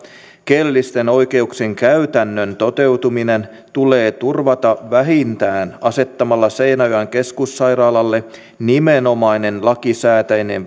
kielellisten oikeuksien käytännön toteutuminen tulee turvata vähintään asettamalla seinäjoen keskussairaalalle nimenomainen lakisääteinen